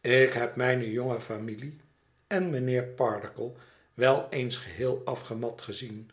ik heb mijne jonge familie en mijnheer pardiggle wel eens geheel afgemat gezien